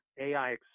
AI